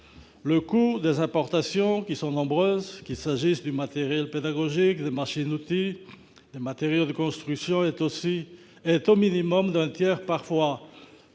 Le coût des importations, et elles sont nombreuses, qu'il s'agisse de matériel pédagogique, de machines-outils, de matériaux de construction, est supérieur au minimum d'un tiers, et parfois